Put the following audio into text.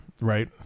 right